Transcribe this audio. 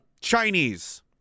Chinese